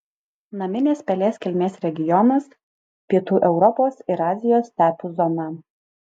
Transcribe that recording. naminės pelės kilmės regionas pietų europos ir azijos stepių zona